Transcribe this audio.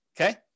okay